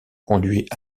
conduit